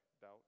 doubt